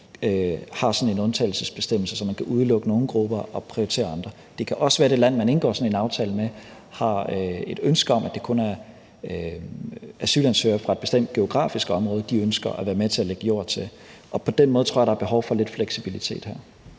har sådan en undtagelsesbestemmelse, så man kan udelukke nogle grupper og prioritere andre. Det kan også være, at det land, man indgår sådan en aftale med, har et ønske om, at det kun er asylansøgere fra et bestemt geografisk område, de ønsker at være med til at lægge jord til, og på den måde tror jeg, der er behov for lidt fleksibilitet her.